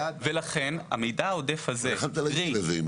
ולכן, המידע העודף הזה, קרי: